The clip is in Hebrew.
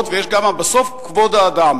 עקרונות ובסוף יש גם כבוד האדם.